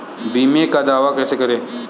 बीमे का दावा कैसे करें?